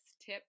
tip